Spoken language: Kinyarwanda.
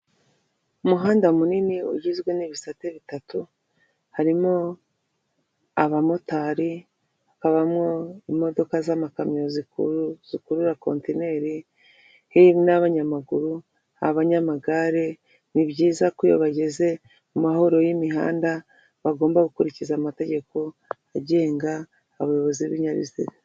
Umuhanda munini ugizwe n'ibisate bitatu harimo abamotari, habamo imodoka z'amakamyo zikurura kontinri n'abanyamaguru ,abanyamagare ni byiza ko iyo bageze mu mahuriro y'imihanda bagomba gukurikiza amategeko agenga abayobozi b'ibinyabiziga .